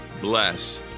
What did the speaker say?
bless